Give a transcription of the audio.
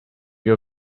your